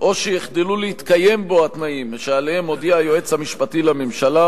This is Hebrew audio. או שיחדלו להתקיים בו התנאים שעליהם הודיע היועץ המשפטי לממשלה,